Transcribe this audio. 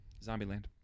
Zombieland